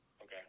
Okay